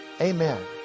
Amen